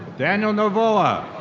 daniel novoa.